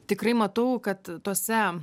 tikrai matau kad tuose